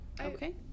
Okay